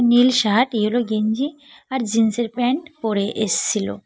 নীল shirt yellow গেঞ্জি আর জিন্সের প্যান্ট পরে এসেছিল